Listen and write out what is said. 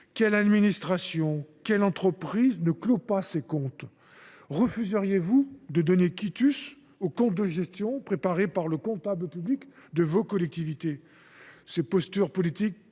Quelle administration, quelle entreprise ne clôt pas ses comptes ? Refuseriez vous de donner quitus au compte de gestion préparé par le comptable public de vos collectivités territoriales ? Ces postures politiques